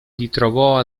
ritrovò